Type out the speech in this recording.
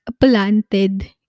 planted